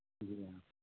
जी